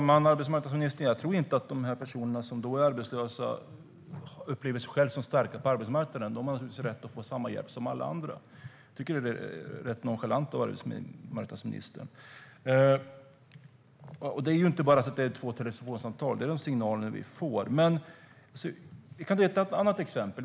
Herr talman! Jag tror inte att de personer som jag talar om och som är arbetslösa upplever sig själva som starka på arbetsmarknaden. De har naturligtvis rätt att få samma hjälp som alla andra. Jag tycker att det som arbetsmarknadsministern sa är rätt nonchalant. Sedan är det inte fråga om bara två tre telefonsamtal, utan det är dessa signaler vi får. Jag kan ta ett annat exempel.